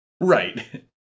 right